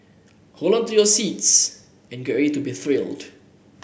hold on to your seats and get ready to be thrilled